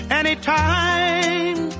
anytime